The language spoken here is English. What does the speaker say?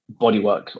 bodywork